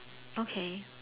okay